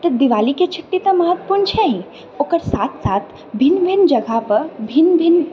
तऽ दिवालीके छुट्टी तऽ महत्वपूर्ण छै ही ओकर साथ साथ भिन्न भिन्न जगह पर भिन्न भिन्न